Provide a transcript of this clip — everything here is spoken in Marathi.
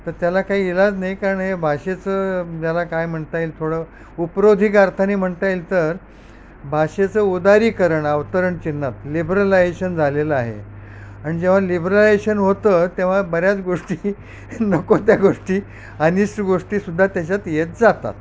तर त्याला काही इलाज नाई कारण हे भाषेचं ज्याला काय म्हणता येईल थोडं उपरोधिकार्थाने म्हणता येईल तर भाषेचं उदारीकरण आवतरण चिन्नत लिब्रलायजेशन झालेलं आहे अन जेव्हा लिब्रलायजेशन होतं तेव्हा बऱ्याच गोष्टी नको त्या गोष्टी अनिस्ट गोष्टीसुद्धा त्याच्यात येत जातात